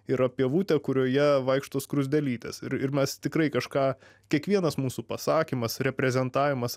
yra pievutė kurioje vaikšto skruzdėlytės ir ir mes tikrai kažką kiekvienas mūsų pasakymas reprezentavimas